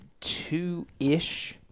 two-ish